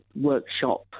workshop